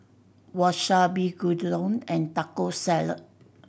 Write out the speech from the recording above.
Wasabi Gyudon and Taco Salad